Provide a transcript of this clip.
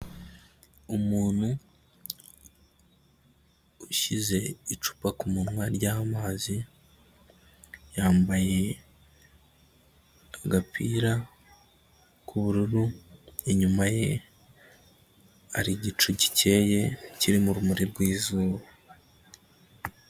Umuntu ushyize icupa ku munwa ry'amazi, yambaye agapira k'ubururu, inyuma ye, hari igicu gikeye, kirimo urumuri rw'izuba.